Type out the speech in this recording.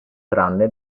tranne